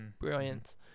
Brilliant